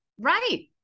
Right